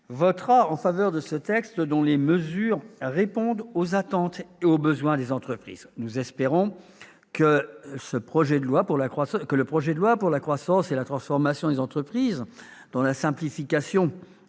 votera en faveur de ce texte, dont les mesures répondent aux attentes et aux besoins des entreprises. Nous espérons que le projet de loi pour la croissance et la transformation des entreprises, dont la simplification